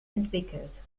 entwickelt